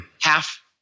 Half